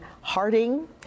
Harding